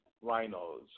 rhinos